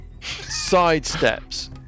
sidesteps